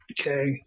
Okay